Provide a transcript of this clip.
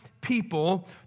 people